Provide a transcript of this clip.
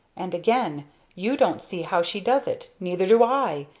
and again you don't see how she does it? neither do i!